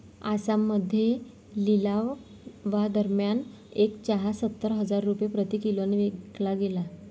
आसाममध्ये लिलावादरम्यान एक चहा सत्तर हजार रुपये प्रति किलोने विकला गेला